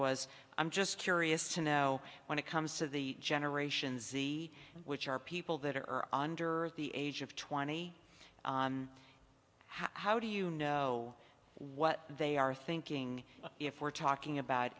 was i'm just curious to know when it comes to the generations e which are people that are under the age of twenty how do you know what they are thinking if we're talking about